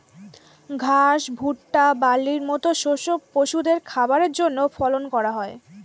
ঘাস, ভুট্টা, বার্লির মত শস্য পশুদের খাবারের জন্যে ফলন করা হয়